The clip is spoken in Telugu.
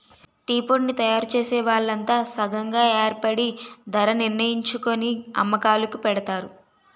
టీపొడిని తయారుచేసే వాళ్లంతా సంగం గాయేర్పడి ధరణిర్ణించుకొని అమ్మకాలుకి పెడతారు